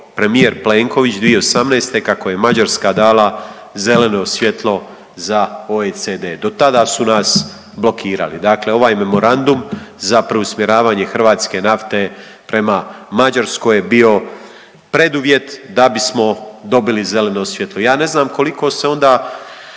premijer Plenković 2018. kako je Mađarska dala zeleno svjetlo za OECD, dotada su nas blokirali, dakle ovaj memorandum za preusmjeravanje hrvatske nafte prema Mađarskoj je bio preduvjet da bismo dobili zeleno svjetlo. Ja ne znam koliko se onda